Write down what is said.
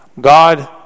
God